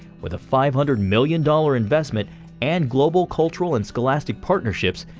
with a five hundred million dollars investment and global, cultural and scholastic partnerships,